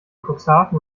cuxhaven